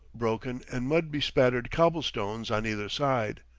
broken, and mud-bespattered cobble-stones on either side.